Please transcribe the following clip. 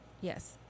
Yes